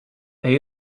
they